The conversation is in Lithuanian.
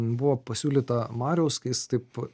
buvo pasiūlyta mariaus kai jis taip